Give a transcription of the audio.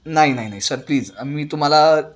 नाही नाही नाही सर प्लीज मी तुम्हाला